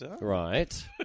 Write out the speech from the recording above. right